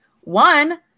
One